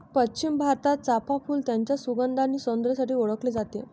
पश्चिम भारतात, चाफ़ा फूल त्याच्या सुगंध आणि सौंदर्यासाठी ओळखले जाते